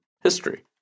history